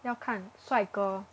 要看帅哥